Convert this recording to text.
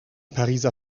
pariser